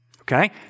okay